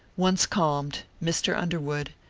once calmed mr. underwood,